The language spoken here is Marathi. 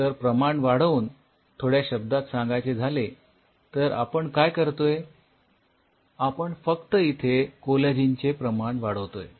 तर प्रमाण वाढवून वेगळ्या शब्दात सांगायचे झाले तर आपण काय करतोय आपण फक्त इथे या कोलॅजिनचे चे प्रमाण वाढवतोय